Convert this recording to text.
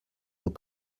vos